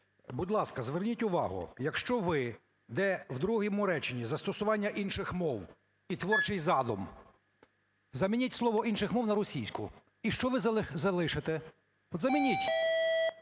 Будь ласка, зверніть увагу, якщо ви, де в другому реченні "застосування інших мов" і "творчий задум", замініть слово "інших мов" на російську. І що ви залишите? От замініть.